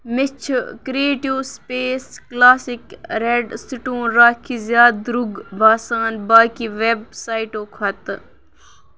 مےٚ چھِ creative space classic red stone rakhi زیادٕ درٛوگ باسان باقی وٮ۪ب سایٹو کھۄتہٕ